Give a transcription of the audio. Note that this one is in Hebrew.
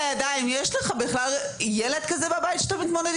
כשאתה לוקח את ההגה לידיים,